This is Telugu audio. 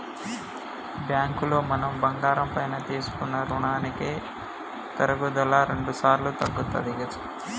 బ్యాంకులో మనం బంగారం పైన తీసుకునే రుణాలకి తరుగుదల రెండుసార్లు తగ్గుతది